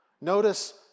Notice